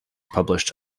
published